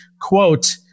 quote